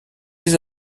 des